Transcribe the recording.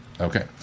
Okay